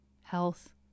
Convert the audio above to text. health